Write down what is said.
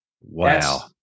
Wow